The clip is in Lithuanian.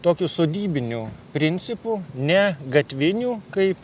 tokiu sodybiniu principu ne gatviniu kaip